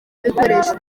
ibikoresho